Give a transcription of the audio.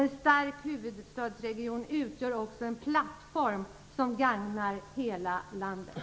En stark huvudstadsregion utgör också en plattform som gagnar hela landet.